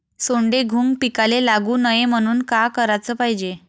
सोंडे, घुंग पिकाले लागू नये म्हनून का कराच पायजे?